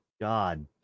God